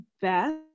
Beth